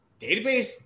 Database